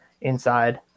inside